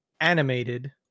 animated